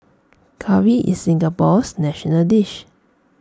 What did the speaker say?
Curry is Singapore's national dish